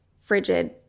frigid